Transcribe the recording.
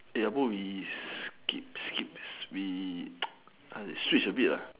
how bout we skip skip switch a bit